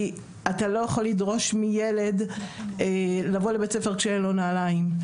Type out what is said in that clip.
כי אתה לא יכול לדרוש מילד לבוא לבית ספר כשאין לו נעליים.